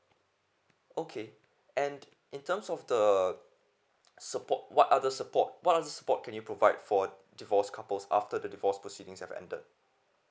okay and in terms of the support what other support what are the support can you provide for divorce couples after the divorce proceedings have ended